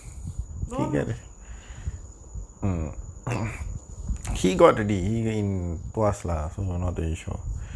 don't